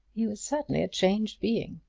he was certainly a changed being.